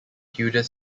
tudor